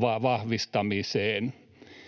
vahvistamiseen.